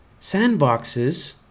Sandboxes